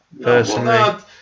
Personally